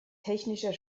technischer